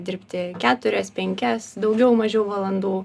dirbti keturias penkias daugiau mažiau valandų